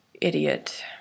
idiot